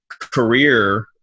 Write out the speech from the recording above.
career